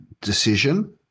decision